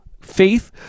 faith